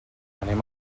anem